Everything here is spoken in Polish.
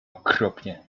okropnie